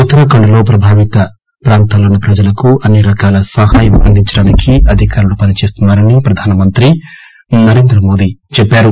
ఉత్తరాఖండ్ లో ప్రభావిత ప్రాంతాల్లోని ప్రజలకు అన్ని రకాల సహాయం అందించడానికి అధికారులు పనిచేస్తున్నా రని ప్రధానమంత్రి నరేంద్రమోదీ చెప్పారు